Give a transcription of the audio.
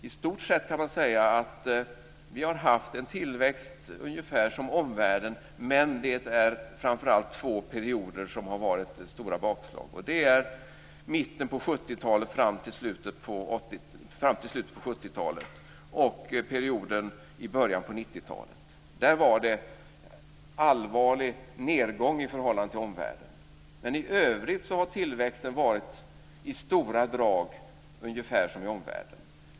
I stort sett kan man säga att vi har haft ungefär samma tillväxt som omvärlden, men det är framför allt två perioder som har varit stora bakslag, nämligen perioden från mitten av 70 talet och fram till slutet av 70-talet och perioden i början av 90-talet. Där var det en allvarlig nedgång i förhållande till omvärlden. Men i övrigt har tillväxten varit i stora drag ungefär som i omvärlden.